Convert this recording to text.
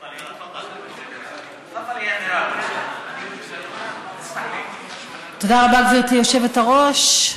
תפדלי, תודה רבה, גברתי יושבת-הראש.